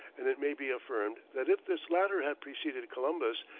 and it may be affirmed that if this latter had preceded columbus,